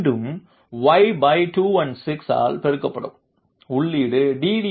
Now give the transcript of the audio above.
மீண்டும் y216 ஆல் பெருக்கப்படும் உள்ளீடு டி